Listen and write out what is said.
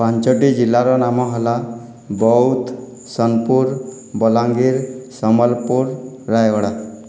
ପାଞ୍ଚଟି ଜିଲ୍ଲାର ନାମ ହେଲା ବୌଦ୍ଧ ସୋନପୁର ବଲାଙ୍ଗୀର ସମ୍ବଲପୁର ରାୟଗଡ଼ା